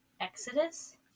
Exodus